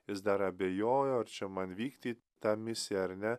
jis dar abejojo ar čia man vykti ta misija ar ne